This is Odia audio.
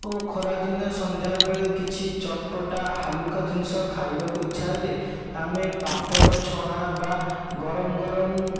ଓ କିଛି ଖରାଦିନେ ସନ୍ଧ୍ୟାବେଳେ କିଛି ଚଟ୍ପଟା ହାଲୁକା ଜିନିଷ ଖାଇବାକୁ ଇଛା ହେଲେ ଆମେ ପାମ୍ପଡ଼ ଛଣା ବା ଗରମ ଗରମ